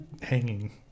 hanging